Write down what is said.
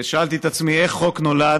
שאלתי את עצמי: איך חוק נולד?